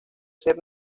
ser